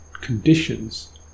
conditions